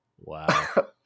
Wow